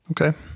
Okay